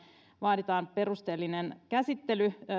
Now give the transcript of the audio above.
vaaditaan perusteellinen käsittely